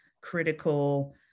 critical